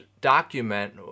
document